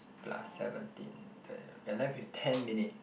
plus seventeen we're left with ten minute